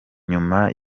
nyuma